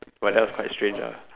but that was quite strange ah